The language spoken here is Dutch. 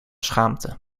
schaamte